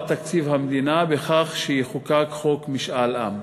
תקציב המדינה בכך שיחוקק חוק משאל עם.